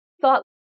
thought